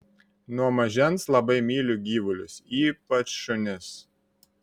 nuo mažens labai myliu gyvulius ypač šunis